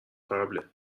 قبله